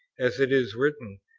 as it is written,